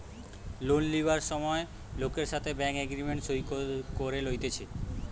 loan লিবার সময় লোকের সাথে ব্যাঙ্ক এগ্রিমেন্ট সই করে লইতেছে